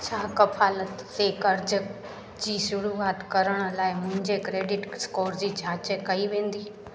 छा कफ़ालत ते क़र्ज़ जी शुरुआत करण लाइ मुंहिंजे क्रेडिट स्कोर जी जांच कई वेंदी